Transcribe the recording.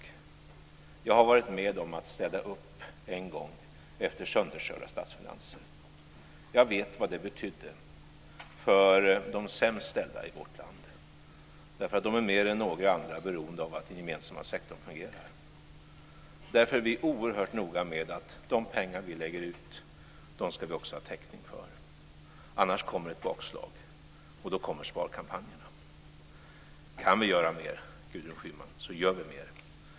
Jag har varit med om att städa upp en gång efter sönderkörda statsfinanser. Jag vet vad det betydde för de sämst ställda i vårt land. De är mer än några andra beroende av att den gemensamma sektorn fungerar. Därför är vi oerhört noga med att vi också ska ha täckning för de pengar vi lägger ut. Annars kommer ett bakslag, och då kommer sparkampanjerna. Kan vi göra mer, Gudrun Schyman, gör vi mer.